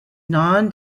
non